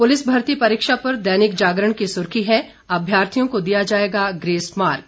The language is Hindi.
पुलिस भर्ती परीक्षा पर दैनिक जागरण की सुर्खी है अभ्यर्थियों को दिया जाएगा ग्रेस मार्क